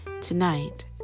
Tonight